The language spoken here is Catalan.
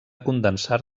condensar